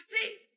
see